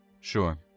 sure